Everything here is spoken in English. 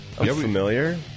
Unfamiliar